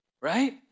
Right